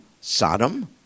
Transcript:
Sodom